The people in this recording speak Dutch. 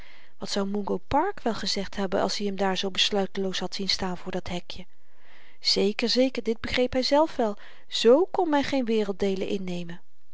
wat zou mungo park wel gezegd hebben als i hem daar zoo besluiteloos had zien staan voor dat hekje zeker zeker dit begreep hyzelf wel z kon men geen werelddeelen innemen